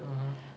mmhmm